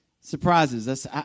surprises